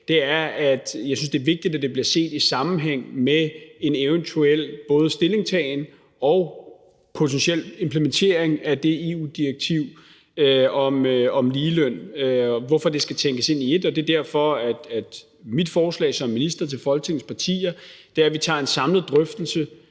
dag, er, at jeg synes, det er vigtigt, at det bliver set i sammenhæng med en eventuel både stillingtagen og potentiel implementering af det EU-direktiv om ligeløn, hvorfor det skal tænkes ind i ét, og mit forslag som minister til Folketingets partier er, at vi tager en samlet drøftelse